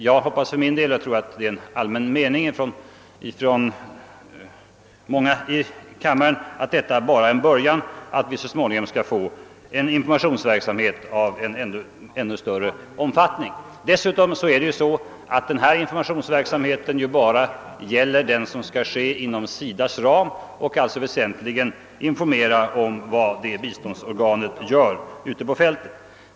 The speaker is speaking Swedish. Jag hoppas för min del — och jag tror det är en mening som många här i kammaren hyser — att vi så småningom skall få en informationsverksamhet av ännu större omfattning. Dessutom är det ju så att denna informationsverksamhet bara gäller vad som skall ske inom SIDA:s ram och alltså väsentligen avser information om vad det biståndsorganet gör.